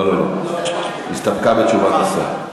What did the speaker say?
לא, לא, הסתפקה בתשובת השר.